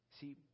See